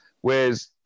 Whereas